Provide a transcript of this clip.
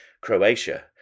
Croatia